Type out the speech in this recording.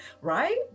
right